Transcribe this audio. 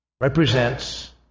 represents